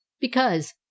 Because